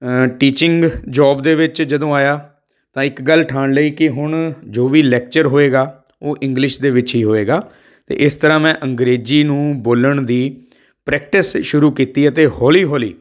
teaching job ਦੇ ਵਿੱਚ ਜਦੋਂ ਆਇਆ ਤਾਂ ਇੱਕ ਗੱਲ ਠਾਣ ਲਈ ਕਿ ਹੁਣ ਜੋ ਵੀ ਲੈਕਚਰ ਹੋਏਗਾ ਉਹ ਇੰਗਲਿਸ਼ ਦੇ ਵਿੱਚ ਹੀ ਹੋਏਗਾ ਅਤੇ ਇਸ ਤਰ੍ਹਾਂ ਮੈਂ ਅੰਗਰੇਜ਼ੀ ਨੂੰ ਬੋਲਣ ਦੀ ਪ੍ਰੈਕਟਿਸ ਸ਼ੁਰੂ ਕੀਤੀ ਅਤੇ ਹੌਲੀ ਹੌਲੀ